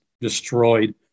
destroyed